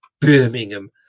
Birmingham